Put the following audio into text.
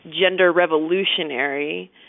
gender-revolutionary